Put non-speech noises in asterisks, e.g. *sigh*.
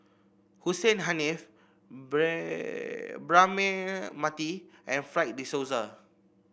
Hussein Haniff *unintelligible* Braema Mathi and Fred De Souza